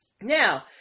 Now